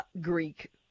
Greek